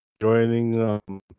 joining